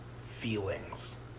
feelings